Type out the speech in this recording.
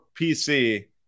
pc